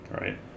Right